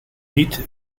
niet